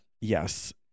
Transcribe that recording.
Yes